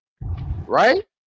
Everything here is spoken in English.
right